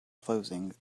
closing